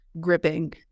gripping